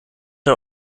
der